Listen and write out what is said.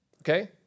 Okay